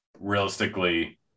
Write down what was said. Realistically